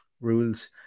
rules